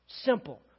Simple